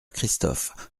christophe